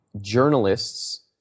journalists